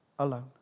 Alone